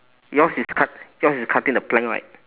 yours is cut yours is cutting the plank right